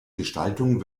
gestaltung